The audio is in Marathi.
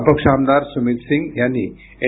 अपक्ष आमदार सुमित सिंग यांनी एन